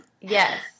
Yes